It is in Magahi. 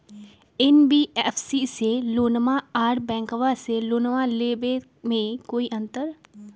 एन.बी.एफ.सी से लोनमा आर बैंकबा से लोनमा ले बे में कोइ अंतर?